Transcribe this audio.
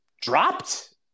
dropped